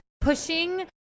pushing